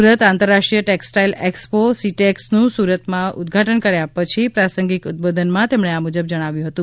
સુરત આંતરરાષ્ટ્રીય textile expo સીટેકસનું સુરતમાં ઉદઘાટન કર્યા પછી પ્રાસંગીક ઉદબોધનમાં તેમણે આમુજબ જણાવ્યું હતું